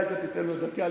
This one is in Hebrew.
תודה.